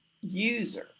user